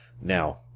Now